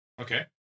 okay